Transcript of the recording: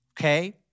Okay